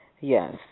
Yes